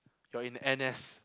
you're in N_S